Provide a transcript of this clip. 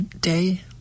day